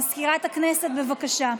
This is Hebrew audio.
מזכירת הכנסת, בבקשה.